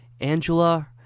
Angela